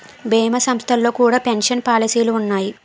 భీమా సంస్థల్లో కూడా పెన్షన్ పాలసీలు ఉన్నాయి